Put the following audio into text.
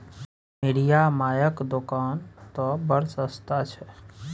मिरिया मायक दोकान तए बड़ सस्ता छै